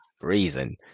reason